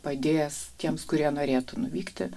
padės tiems kurie norėtų nuvykti